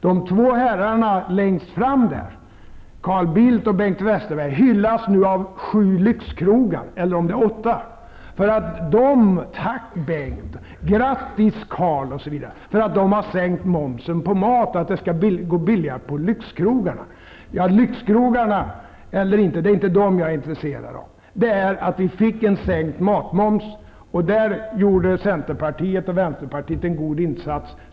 Men de två herrarna längst fram i statsrådsbänken, Carl Bildt och Bengt Westerberg, hyllas nu av sju eller åtta lyxkrogar med ''Tack Bengt'', ''Grattis Carl'' osv., för att de har sänkt momsen på maten och att det skall bli billigare på lyxkrogarna. Lyxkrogar eller inte, det är jag inte intresserad av. Det viktiga är att vi fick en sänkt matmoms. Där gjorde centern och vänsterpatiet en god insats.